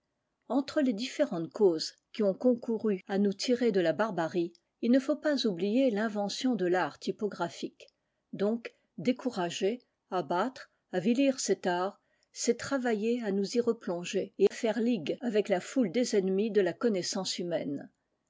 entre les différentes causes qui ont concouru à nous tirer de la barbarie il ne faut pas oublier l'invention de l'art typographique donc décourager abattre avilir cet art c'est travailler à nous y replonger et faire ligue avec la foule des ennemis de la connaissance humaine